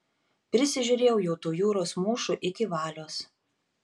prisižiūrėjau jau tų jūros mūšų iki valios